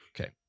Okay